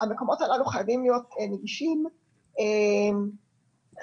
המקומות הללו חייבים להיות נגישים גם אם